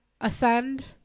ascend